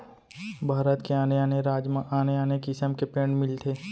भारत के आने आने राज म आने आने किसम के पेड़ मिलथे